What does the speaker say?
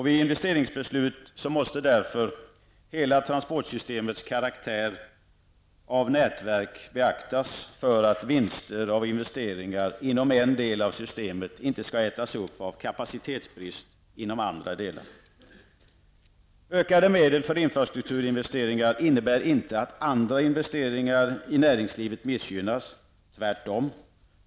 Vid investeringsbeslut måste därför hela transportsystemets karaktär av nätverk beaktas för att vinster av investeringar inom en del av systemet inte skall ätas upp av kapacitetsbrist inom andra delar. Ökade medel för infrastrukturinvesteringar innebär inte att andra investeringar i näringslivet missgynnas, tvärtom.